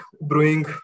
brewing